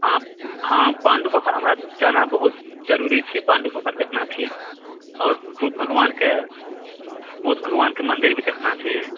हँ पाण्डु पोखरि हमरा जाना बहुत जरुरी छै पाण्डु पोखरि देखना छै आओर बुद्ध भगवानके बुद्ध भगवानके मन्दिर भी देखना छी